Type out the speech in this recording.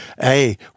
hey